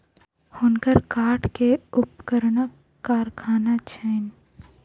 हुनकर काठ के उपकरणक कारखाना छैन